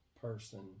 person